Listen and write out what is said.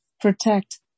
Protect